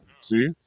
see